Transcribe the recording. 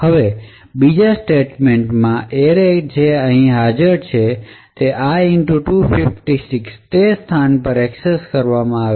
હવે બીજા સ્ટેટમેંટ માં એરે જે અહીં હાજર છે i 256 તે સ્થાન પર એક્સેસ કરવામાં આવે છે